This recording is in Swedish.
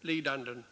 lidanden.